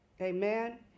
amen